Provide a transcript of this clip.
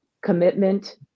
commitment